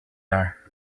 are